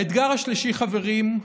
האתגר השלישי, חברים,